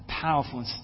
powerful